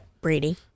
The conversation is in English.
Brady